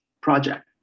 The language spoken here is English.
project